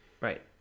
right